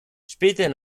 später